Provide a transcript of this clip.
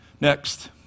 Next